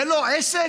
זה לא עסק?